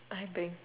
I drink